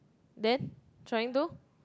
then trying to